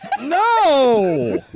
No